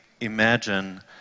imagine